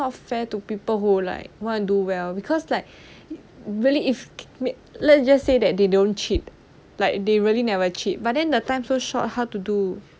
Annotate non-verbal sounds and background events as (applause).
not fair to people who like want to do well because like really if (noise) let's just say that they don't cheat like they really never cheat but then the time so short how to do